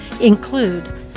include